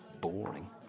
boring